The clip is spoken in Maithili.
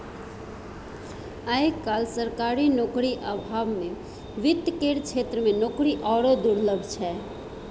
आय काल्हि सरकारी नौकरीक अभावमे वित्त केर क्षेत्रमे नौकरी आरो दुर्लभ छै